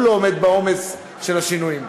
הוא לא עומד בעומס של השינויים.